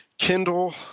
Kindle